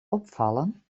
opvallen